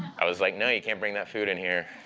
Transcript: i was like, no, you can't bring that food in here.